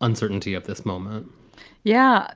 uncertainty of this moment yeah.